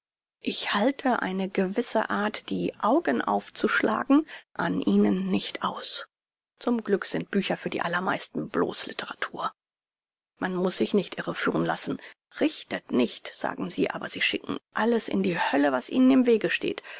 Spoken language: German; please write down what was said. ich halte eine gewisse art die augen aufzuschlagen an ihnen nicht aus zum glück sind bücher für die allermeisten bloß litteratur man muß sich nicht irreführen lassen richtet nicht sagen sie aber sie schicken alles in die hölle was ihnen im wege steht